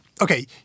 okay